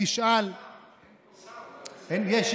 לא מכפילים.